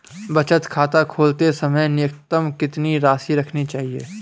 बचत खाता खोलते समय न्यूनतम कितनी राशि रखनी चाहिए?